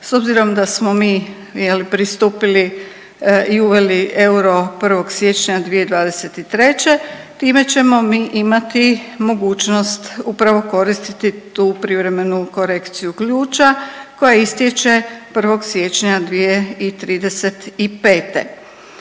S obzirom da smo mi pristupili i uveli euro 1. siječnja 2023. time ćemo mi imati mogućnost upravo koristiti tu privremenu korekciju ključa koja istječe 1. siječnja 2035.